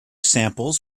samples